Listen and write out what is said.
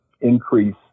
increase